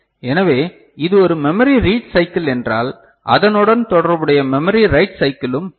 எனவே இது ஒரு மெமரி ரீட் சைக்கிள் என்றால் அதனுடன் தொடர்புடைய மெமரி ரைட் சைக்கிளும் இருக்கும்